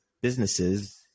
businesses